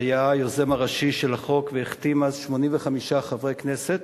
שהיה היוזם הראשי של החוק והחתים אז 85 חברי כנסת,